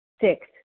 Six